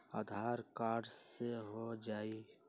आधार card से हो जाइ?